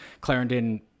Clarendon